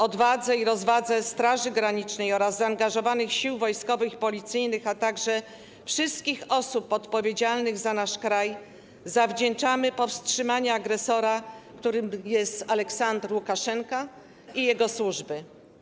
Odwadze i rozwadze Straży Granicznej oraz zaangażowanych sił wojskowych i policyjnych, a także wszystkich osób odpowiedzialnych za nasz kraj zawdzięczamy powstrzymanie agresora, którym jest Aleksandr Łukaszenka i jego służby.